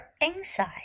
inside